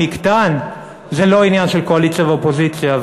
יקטן זה לא עניין של קואליציה ואופוזיציה.